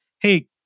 Hey